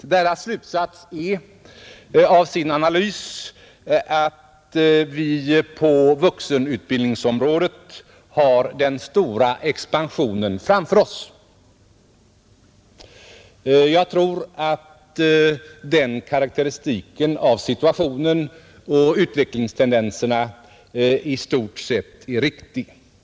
Författarnas slutsats av sin analys är att vi på vuxenutbildningsområdet har den stora expansionen framför oss. Jag tror att den karakteristiken av situationen och utvecklingstendenserna i stort sett är riktig.